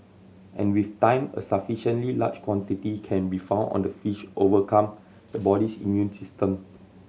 and with time a sufficiently large quantity can be found on the fish overcome the body's immune system